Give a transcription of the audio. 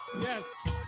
Yes